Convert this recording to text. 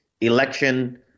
election